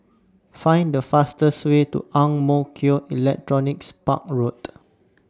Find The fastest Way to Ang Mo Kio Electronics Park Road